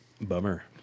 bummer